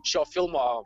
šio filmo